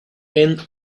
end